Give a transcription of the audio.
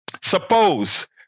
Suppose